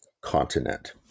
continent